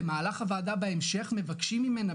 במהלך הועדה בהמשך מבקשים ממנה,